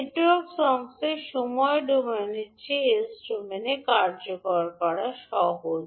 network সংশ্লেষ সময় ডোমেনের চেয়ে এস ডোমেনে কার্যকর করা সহজ